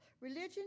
Religion